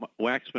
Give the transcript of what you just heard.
Waxman